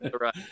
right